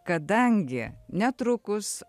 kadangi netrukus